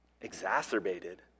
exacerbated